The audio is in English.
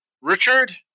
Richard